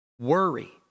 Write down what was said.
Worry